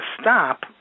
stop